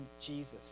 Jesus